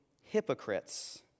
Hypocrites